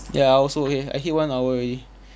ya I also eh I hit one hour already